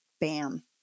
Bam